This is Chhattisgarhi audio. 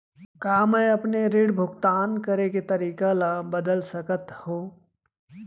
का मैं अपने ऋण भुगतान करे के तारीक ल बदल सकत हो?